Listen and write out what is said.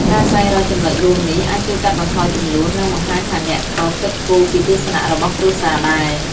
ការស្វែងរកចំណុចរួមនេះ អាចជួយកាត់បន្ថយជម្លោះ និងបង្ហាញថាអ្នកក៏គិតគូរពីទស្សនៈរបស់គ្រួសារដែរ។